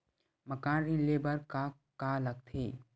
मकान ऋण ले बर का का लगथे?